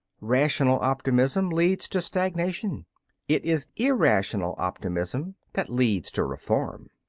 rational optimism leads to stagnation it is irrational optimism that leads to reform.